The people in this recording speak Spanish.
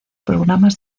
programas